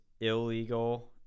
illegal